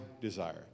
desire